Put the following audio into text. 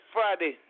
Friday